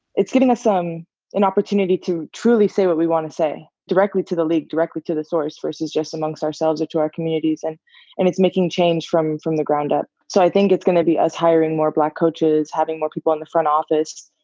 it's giving us um an opportunity to truly say what we want to say directly to the league, directly to the source versus just amongst ourselves or to our communities. and and it's making change from from the ground up. so i think it's gonna be us hiring more black coaches, having more people in the front office,